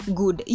good